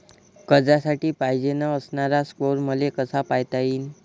कर्जासाठी पायजेन असणारा स्कोर मले कसा पायता येईन?